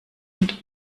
und